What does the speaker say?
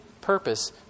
purpose